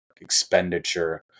expenditure